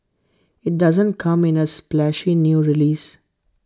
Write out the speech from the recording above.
IT doesn't come in A splashy new release